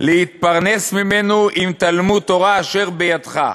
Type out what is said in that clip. להתפרנס ממנו עם תלמוד תורה אשר בידך.